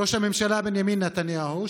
ראש הממשלה בנימין נתניהו,